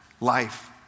life